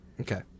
Okay